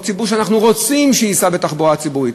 או ציבור שאנחנו רוצים שייסע בתחבורה ציבורית,